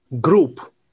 group